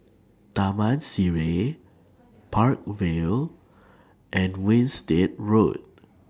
Taman Sireh Park Vale and Winstedt Road